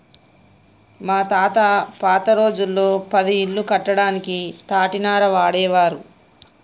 మా తాత పాత రోజుల్లో పది ఇల్లు కట్టడానికి తాటినార వాడేవారు